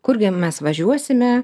kurgi mes važiuosime